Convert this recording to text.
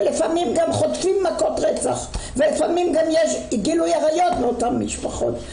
ולפעמים גם חוטפים מכות רצח ולפעמים גם יש גילויי עריות באותן משפחות,